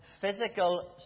physical